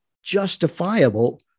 justifiable